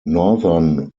northern